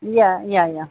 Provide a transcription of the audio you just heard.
yah yah yah